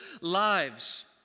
lives